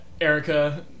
Erica